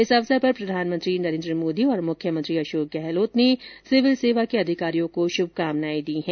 इस अवसर पर प्रधानमंत्री नरेन्द्र मोदी और मुख्यमंत्री अशोक गहलोत ने सिविल सेवा के अधिकारियों को शुभकानाएं दी है